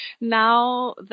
now